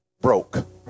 broke